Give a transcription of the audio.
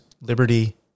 Liberty